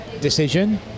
decision